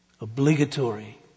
obligatory